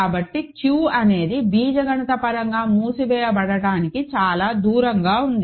కాబట్టి Q అనేది బీజగణితపరంగా మూసివేయబడటానికి చాలా దూరంగా ఉంది